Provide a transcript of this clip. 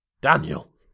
Daniel